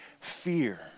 fear